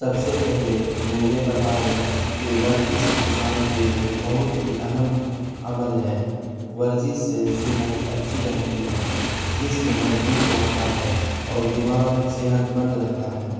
سب سے پہلے میں یہ بتاؤں کہ ورزش انسان کے لیے بہت ہی اہم عمل ہے ورزش سے صحت اچھی رہتی ہے جسم مضبوط رہتا ہے اور دماغ صحت مند رہتا ہے